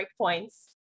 Breakpoints